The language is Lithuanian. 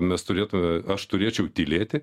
mes turėtume aš turėčiau tylėti